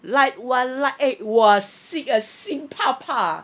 light one light eight !wah! 心 eh 心怕怕